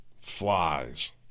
flies